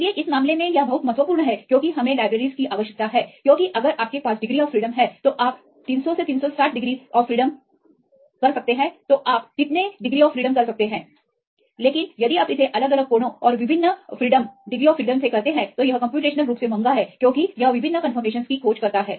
इसलिए इस मामले में यह बहुत महत्वपूर्ण है क्योंकि हमें लाइब्रेरीज की आवश्यकता है क्योंकि अगर आपके पास घुमाव हैं तो आप 300 360 डिग्री को घुमा सकते हैं तो आप कितने डिग्री घुमा सकते हैं लेकिन यदि आप इसे अलग अलग कोणों और विभिन्न घुमावों से करते हैं तो यह कम्प्यूटेशनल रूप से महंगा है क्योंकि यह विभिन्न कंफर्मेशनस की खोज करता है